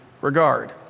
regard